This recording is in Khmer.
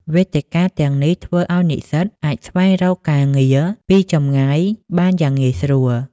វេទិកាទាំងនេះធ្វើឱ្យនិស្សិតអាចស្វែងរកការងារពីចម្ងាយបានយ៉ាងងាយស្រួល។